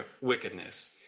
wickedness